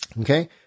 okay